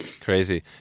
Crazy